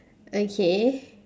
okay